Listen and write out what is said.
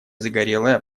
загорелая